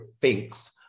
thinks